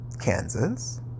Kansas